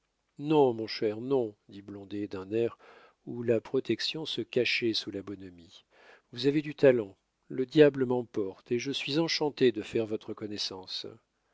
non mon cher non dit blondet d'un air où la protection se cachait sous la bonhomie vous avez du talent le diable m'emporte et je suis enchanté de faire votre connaissance